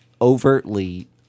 overtly